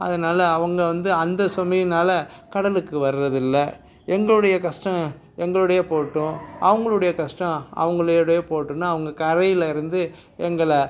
அதனால் அவங்க வந்து அந்த சுமையினால கடலுக்கு வர்றதில்லை எங்களுடைய கஷ்டம் எங்களோடயே போகட்டும் அவங்களுடைய கஷ்டம் அவங்களோடயே போகட்டுண்ணு அவங்க கரையில் இருந்து எங்களை